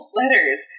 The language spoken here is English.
letters